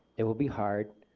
it will be hard,